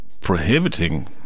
prohibiting